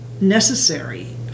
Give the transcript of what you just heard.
necessary